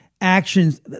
actions